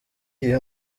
iyo